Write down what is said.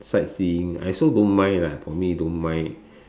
sightseeing I also don't mind lah for me don't mind